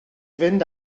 fynd